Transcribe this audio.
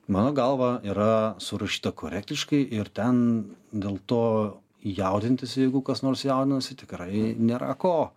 mano galva yra surašyta korektiškai ir ten dėl to jaudintis jeigu kas nors jaudinasi tikrai nėra ko